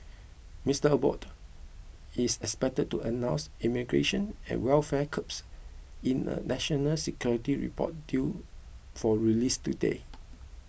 Mister Abbott is expected to announce immigration and welfare curbs in a national security report due for release today